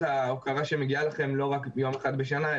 ההוקרה שמגיעה לכם לא רק יום אחד בשנה,